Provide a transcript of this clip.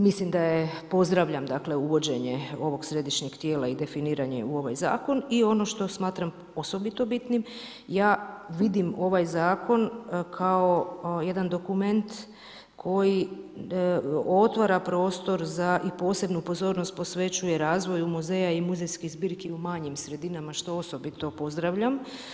Mislim da je, pozdravljam dakle uvođenje ovog središnjeg tijela i definiranje u ovaj zakon i ono što smatram osobito bitnim, ja vidim ovaj zakon kao jedan dokument koji otvara prostor za i posebnu pozornost posvećuje razvoju muzeja i muzejskih zbirki u manjim sredinama što osobito pozdravljam.